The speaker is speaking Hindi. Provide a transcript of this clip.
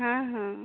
हाँ हाँ